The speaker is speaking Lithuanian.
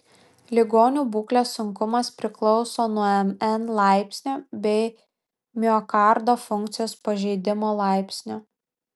ligonių būklės sunkumas priklauso nuo mn laipsnio bei miokardo funkcijos pažeidimo laipsnio